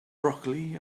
broccoli